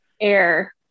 air